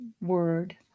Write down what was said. word